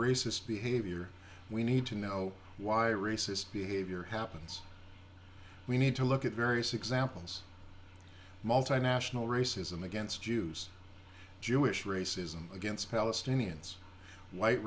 racist behavior we need to know why racist behavior happens we need to look at various examples multinational racism against jews jewish racism against palestinians white